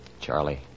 Charlie